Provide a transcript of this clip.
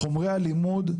חומרי הלימוד,